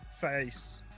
face